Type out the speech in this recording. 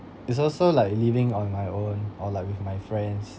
it's also like living on my own or like with my friends